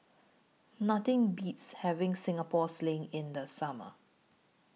Nothing Beats having Singapore Sling in The Summer